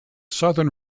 southern